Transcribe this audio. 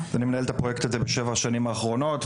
הפרוייקט הזה בשבע השנים האחרונות,